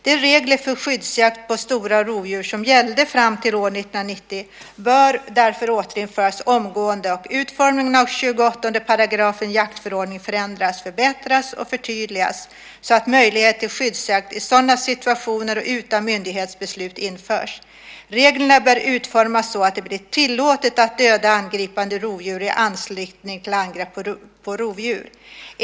De regler för skyddsjakt på stora rovdjur som gällde fram till år 1990 bör därför återinföras omgående och utformningen av 28 § jaktförordningen förändras, förbättras och förtydligas så att möjlighet till skyddsjakt i sådana situationer och utan myndighets beslut införs. Reglerna bör utformas så att det blir tillåtet att döda angripande rovdjur i anslutning till angrepp på tamdjur.